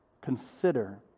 consider